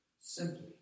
simply